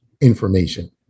information